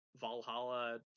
valhalla